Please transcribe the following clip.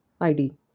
ID